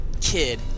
kid